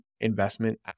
investment